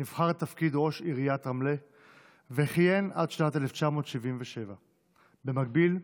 נבחר לתפקיד ראש עיריית רמלה וכיהן עד שנת 1977. במקביל,